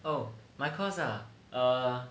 oh my course ah err